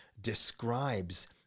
describes